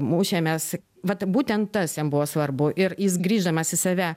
mušėmės vat būtent tas jam buvo svarbu ir jis grįždamas į save